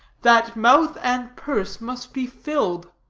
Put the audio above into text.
that mouth and purse must be filled.